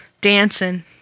dancing